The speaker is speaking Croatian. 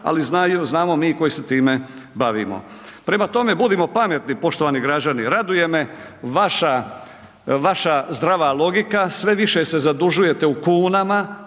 ali znamo mi koji se time bavimo. Prema tome, budimo pametni poštovani građani, raduje me vaša zdrava logika, sve više se zadužujete u kunama,